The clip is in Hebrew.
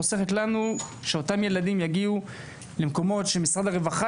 היא חוסכת לנו את המצבים שבהם אותם הילדים יגיעו למקומות שמשרד הרווחה